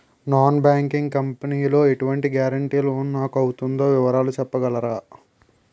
Non banking company లో ఎటువంటి guarantee loan నాకు అవుతుందో వివరాలు చెప్పగలరా?